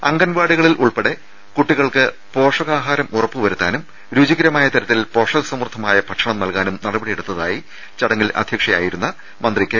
അംഗൻവാടികളിൽ ഉൾപ്പെടെ കുട്ടികൾക്ക് പോഷകാഹാരം ഉറപ്പു വരു ത്താനും രുചികരമായ തരത്തിൽ പോഷക സമൃദ്ധമായ ഭക്ഷണം നൽകാനും നടപടിയെടുത്തായി ചടങ്ങിൽ അധ്യക്ഷയായിരുന്ന മന്ത്രി കെ